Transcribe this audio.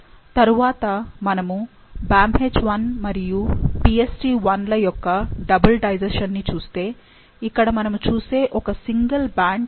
తరువాత మనము BamHI మరియు PstI ల యొక్క డబుల్ డైజెషన్ ని చూస్తే ఇక్కడ మనము చూసే ఒక సింగిల్ బ్యాండ్ 2